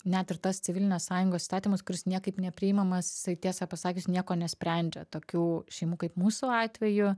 net ir tas civilinės sąjungos įstatymas kuris niekaip nepriimamas jisai tiesą pasakius nieko nesprendžia tokių šeimų kaip mūsų atveju